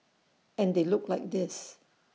and they look like this